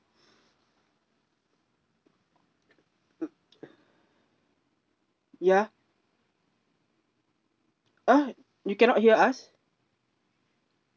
ya ah you cannot hear us